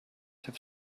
have